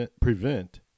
prevent